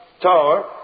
tower